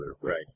right